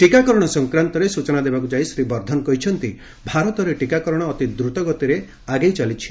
ଟିକାକରଣ ସଂକ୍ରାନ୍ତରେ ସୂଚନାଦେବାକୁ ଯାଇ ଶ୍ରୀ ବର୍ଦ୍ଧନ କହିଛନ୍ତି ଭାରତରେ ଟିକାକରଣ ଅତି ଦ୍ରୁତଗତିରେ ଚାଲିଛି